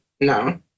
no